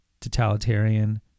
totalitarian